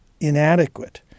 inadequate